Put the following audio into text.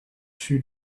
two